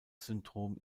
syndrom